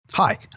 Hi